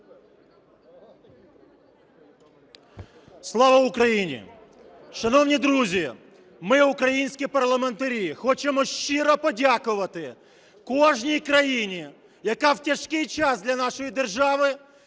Слава Україні! Шановні друзі, ми, українські парламентарі, хочемо щиро подякувати кожній країні, яка в тяжкий час для нашої держави